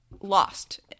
lost